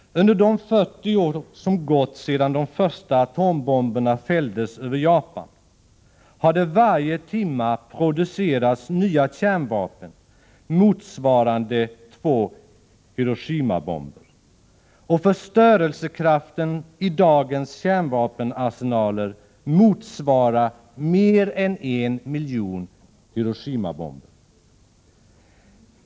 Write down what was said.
Under de 40 år som gått sedan de första atombomberna fälldes över Japan har det varje timme producerats nya kärnvapen motsvarande två Hiroshimabomber. Och förstörelsekraften i dagens kärnvapenarsenaler motsvarar mer än en miljon Hiroshimabomber.